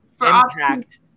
impact